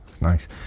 Nice